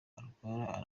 arwaye